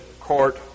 court